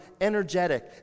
energetic